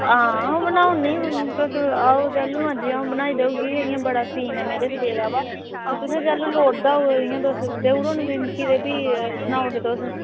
हां बनाई ओड़नी हून तुस आओ जैह्ल्लूं मर्जी अ'ऊं बनाई देई ओड़गी इ'यां बड़ा सीन ऐ मेरे श पेदा बा तुसें जैह्ल्लूं लोड़दा होग इ'यां तुस देई ओड़ो ना भी मिकी ते भी सनाई ओड़ो तुस